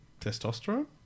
testosterone